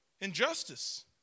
injustice